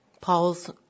paul's